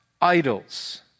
idols